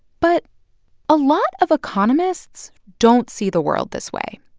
but a lot of economists don't see the world this way.